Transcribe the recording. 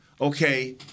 Okay